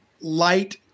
light